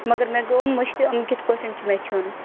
مگر مےٚ گوٚو مٔشتھٕے یِم کِتھٕ پٲٹھۍ چھِ مےٚ کھٮ۪ون